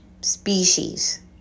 species